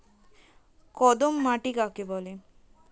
কর্দম মাটি কাকে বলে?